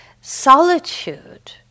solitude